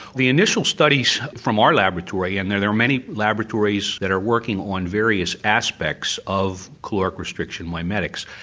the initial studies from our laboratory and there there are many laboratories that are working on various aspects of caloric restriction mimetics.